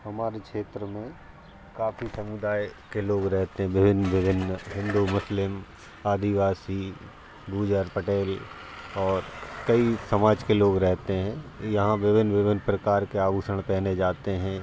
हमारे क्षेत्र में काफी समुदाय के लोग रहते विभिन्न विभिन्न हिन्दू मुस्लिम आदिवासी भूजर पटेल और कई समाज के लोग रहते हैं यहाँ विभिन्न विभिन्न प्रकार के आभूषण पहने जाते हैं